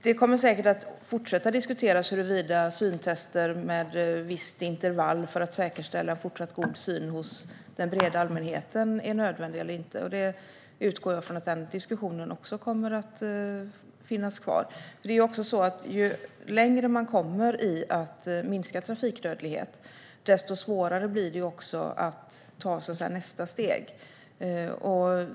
Det kommer säkert att fortsätta att diskuteras huruvida syntester med visst intervall för att säkerställa fortsatt god syn hos den breda allmänheten är nödvändig eller inte. Jag utgår från att denna diskussion kommer att finnas kvar. Ju längre man kommer i att minska trafikdödlighet, desto svårare blir det att ta nästa steg.